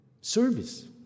Service